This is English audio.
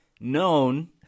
known